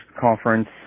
conference